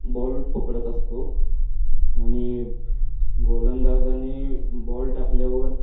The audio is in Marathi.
बॉल पकडत असतो आणि गोलंदाजाने बॉल टाकल्यावर